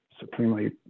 supremely